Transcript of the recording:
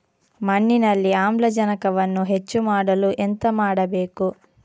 ಮಣ್ಣಿನಲ್ಲಿ ಆಮ್ಲಜನಕವನ್ನು ಹೆಚ್ಚು ಮಾಡಲು ಎಂತ ಮಾಡಬೇಕು?